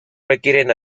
requieren